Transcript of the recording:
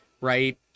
right